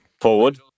Forward